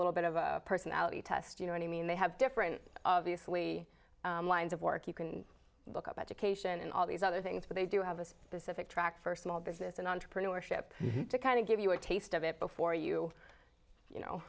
little bit of a personality test you know any mean they have different obviously lines of work you can look up education and all these other things but they do have a specific track first small business and entrepreneurship to kind of give you a taste of it before you you know